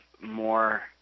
more